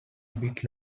bit